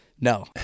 No